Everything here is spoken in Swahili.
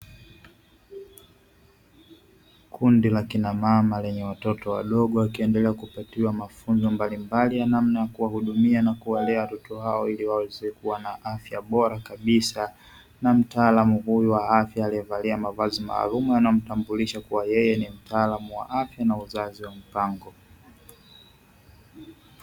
Kundi la kina mama lenye watoto wadogo wakiendelea kupatiwa mafunzo mbalimbali ya namna ya kuwahudumia na kuwalea watoto hao ili waweze kuwa na afya bora kabisa na mtaalamu huyu wa afya aliyevalia mavazi maalum yanayomtambulisha kuwa yeye ni mtaalamu wa afya na uzazi wa mpango.